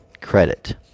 credit